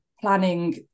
planning